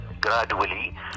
gradually